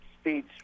speech